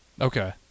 Okay